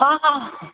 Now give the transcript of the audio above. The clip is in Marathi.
हां हां हां